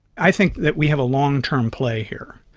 i think that we have a long-term play here.